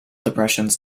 depressions